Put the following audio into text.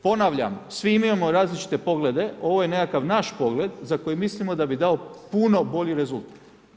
Ponavljam, svi mi imamo različite poglede, ovo je nekakav naš pogled, za kojeg mislimo da bi dao puno bolji rezultat.